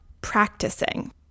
practicing